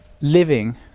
living